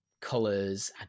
colors